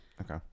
Okay